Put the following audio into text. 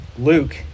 Luke